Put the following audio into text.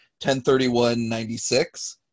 1031.96